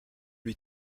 lui